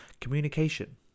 Communication